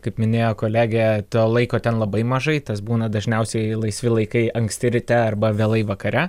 kaip minėjo kolegė to laiko ten labai mažai tas būna dažniausiai laisvi laikai anksti ryte arba vėlai vakare